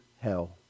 hell